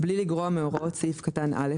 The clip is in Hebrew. "(ב1)בלי לגרוע מהוראות סעיף קטן (א),